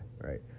right